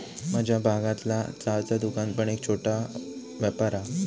माझ्या भागतला चहाचा दुकान पण एक छोटो व्यापार हा